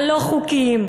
הלא-חוקיים,